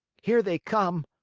here they come!